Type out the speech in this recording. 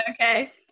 Okay